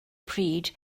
pryd